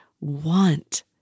want